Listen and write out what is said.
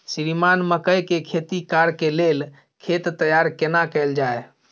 श्रीमान मकई के खेती कॉर के लेल खेत तैयार केना कैल जाए?